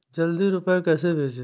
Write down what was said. जल्दी रूपए कैसे भेजें?